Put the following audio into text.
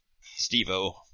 Steve-O